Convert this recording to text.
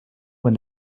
when